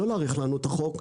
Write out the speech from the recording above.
לא להאריך לנו את החוק,